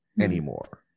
anymore